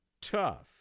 tough